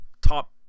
top